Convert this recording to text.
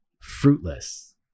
fruitless